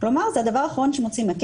כלומר זה הדבר האחרון שמוציאים עליו.